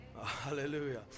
hallelujah